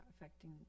affecting